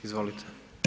Izvolite.